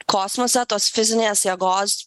kosmose tos fizinės jėgos